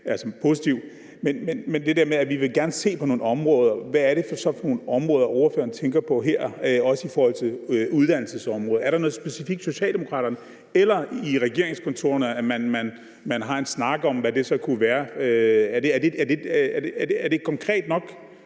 man siger, at man gerne vil se på nogle områder, hvad er det så for nogle områder, ordføreren tænker på her, også i forhold til uddannelsesområdet? Er der noget specifikt hos Socialdemokraterne eller i regeringskontorerne, som man har en snak om, i forhold til hvad det så kunne være? Er det konkret nok?